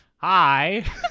hi